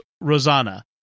Rosanna